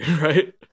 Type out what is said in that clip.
right